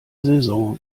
saison